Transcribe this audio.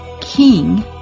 king